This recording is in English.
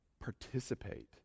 participate